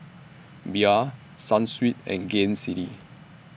Bia Sunsweet and Gain City